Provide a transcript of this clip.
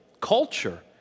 culture